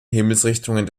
himmelsrichtungen